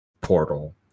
portal